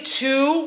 two